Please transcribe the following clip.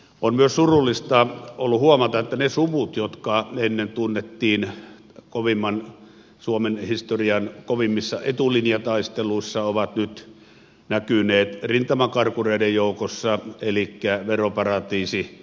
on myös ollut surullista huomata että ne suvut jotka ennen tunnettiin kovimman suomen historian kovimmissa etulinjataisteluissa ovat nyt näkyneet rintamakarkureiden joukossa elikkä veroparatiisiasiakkaina